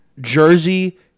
jersey